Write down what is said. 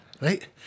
Right